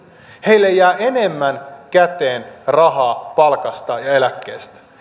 heille jää enemmän käteen rahaa palkasta ja eläkkeestä